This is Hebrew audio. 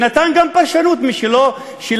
הוא נתן גם פרשנות משלו,